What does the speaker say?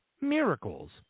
miracles